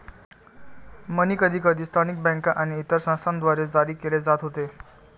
मनी कधीकधी स्थानिक बँका आणि इतर संस्थांद्वारे जारी केले जात होते